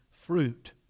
fruit